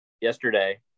Yesterday